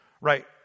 right